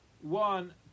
one